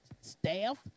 staff